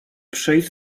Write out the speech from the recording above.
przyjść